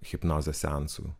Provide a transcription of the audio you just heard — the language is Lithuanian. hipnozės seansų